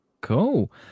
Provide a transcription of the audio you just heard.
cool